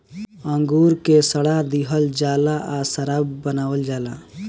अंगूर के सड़ा दिहल जाला आ शराब बनावल जाला